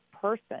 person